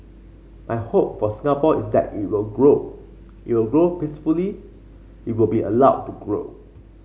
my hope for Singapore is that it will grow it will grow peacefully it will be allowed to grow